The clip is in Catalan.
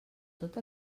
tot